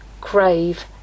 crave